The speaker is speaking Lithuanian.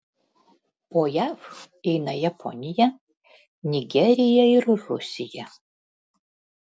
po jav eina japonija nigerija ir rusija